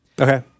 okay